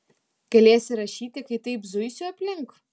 galėsi rašyti kai taip zuisiu aplink